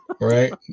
Right